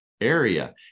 area